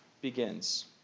begins